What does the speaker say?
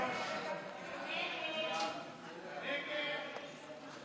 בסדר-היום נתקבלה.